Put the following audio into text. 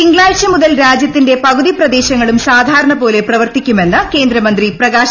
തിങ്കളാഴ്ച മുതൽ രാജ്യത്തിന്റെ പകുതി പ്രദേശങ്ങളും സാധാരണപോലെപ്രവർത്തിക്കുമെന്ന് കേന്ദ്രമന്ത്രി പ്രകാശ് ജാവ്ദേക്കർ